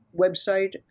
website